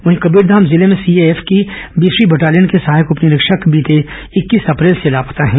वहीं कबीरधाम जिले में सीएएफ की बीसवीं बटालियन के सहायक उप निरीक्षक बीते इक्कीस अप्रैल से लापता हैं